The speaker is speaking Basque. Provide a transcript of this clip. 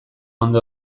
ondo